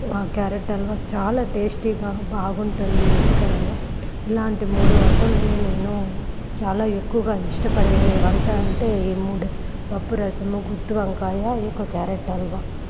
carrot halwa చాలా టేస్టీగా బాగుంటుంది రుచికరంగా ఇలాంటి మూడు వంటలను నేను చాలా ఎక్కువగా ఇష్టపడే వంట అంటే ఈ మూడు పప్పు రసము గుత్తి వంకాయ ఈ యొక్క క్యారెట్ హాల్వా